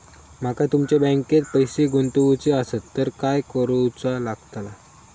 माका तुमच्या बँकेत पैसे गुंतवूचे आसत तर काय कारुचा लगतला?